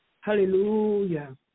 Hallelujah